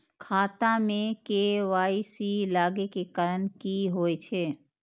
खाता मे के.वाई.सी लागै के कारण की होय छै?